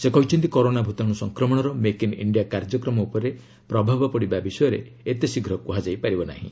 ସେ କହିଛନ୍ତି କରୋନା ଭୂତାଣୁ ସଂକ୍ରମଣର ମେକ୍ ଇନ୍ ଇଷ୍ଠିଆ କାର୍ଯ୍ୟକ୍ରମ ଉପରେ ପ୍ରଭାବ ପଡ଼ିବା ବିଷୟରେ ଏତେ ଶୀଘ୍ର କୁହାଯାଇ ପାରିବ ନାହିଁ